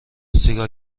سیگار